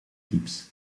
gips